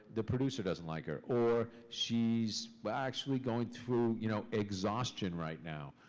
the producer doesn't like her, or, she's but actually going through you know exhaustion right now.